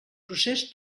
procés